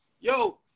yo